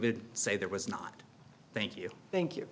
would say that was not thank you thank you